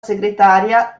segretaria